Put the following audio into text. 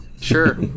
sure